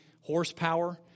horsepower